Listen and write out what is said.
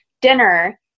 dinner